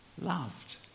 loved